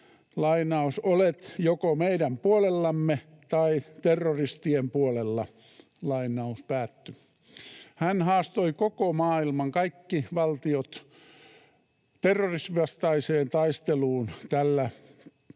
että ”olet joko meidän puolellamme tai terroristien puolella”. Hän haastoi koko maailman, kaikki valtiot, terrorismin vastaiseen taisteluun tällä ikään